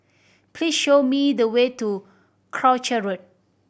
please show me the way to Croucher Road